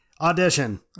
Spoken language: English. audition